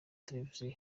televiziyo